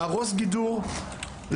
להרוס גידור,